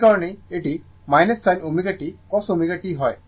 এই কারণেই এটি sin ω t cos ω t হয়